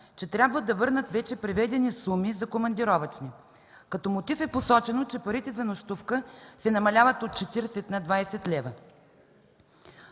че трябва да върнат вече преведени суми за командировъчни. Като мотив е посочено, че парите за нощувка се намаляват от 40 на 20 лв.